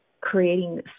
creating